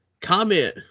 comment